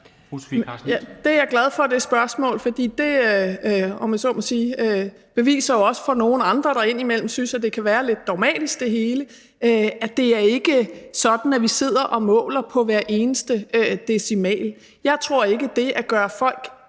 er jeg glad for, for det, om jeg så må sige, beviser jo også for nogle andre, der indimellem synes, at det hele kan være lidt dogmatisk, at det ikke er sådan, at vi sidder og måler på hver eneste decimal. Jeg tror ikke, at det at gøre folk